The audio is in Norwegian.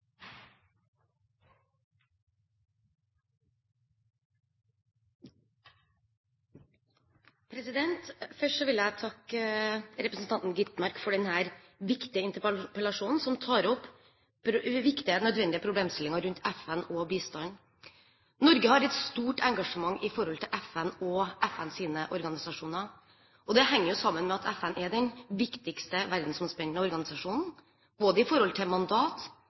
Først vil jeg takke representanten Skovholt Gitmark for denne viktige interpellasjonen, som tar opp viktige og nødvendige problemstillinger rundt FN og bistand. Norge har et stort engasjement når det gjelder FN og FNs organisasjoner. Det henger sammen med at FN er den viktigste verdensomspennende organisasjonen, både med tanke på mandat,